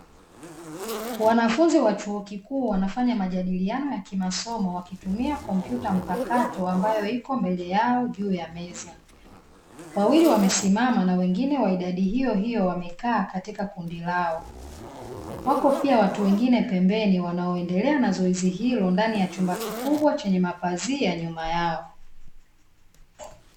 Wanafunzi wa chuo kikuu wanafanya majadiliano ya kimasomo wakitumia kompyuta mpakato ambayo iko mbele yao juu ya meza, wawili wamesimama na wengine wa idadi hiyo hiyo wamekaa katika kundi lao, wako pia watu wengine wanaofanya zoezi hilo hilo ndani ya chumba kikubwa chenye mapazia nyuma yao.